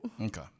Okay